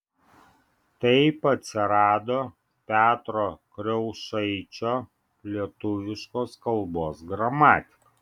taip atsirado petro kriaušaičio lietuviškos kalbos gramatika